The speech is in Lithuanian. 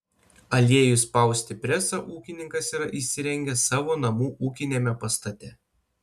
aliejui spausti presą ūkininkas yra įsirengęs savo namų ūkiniame pastate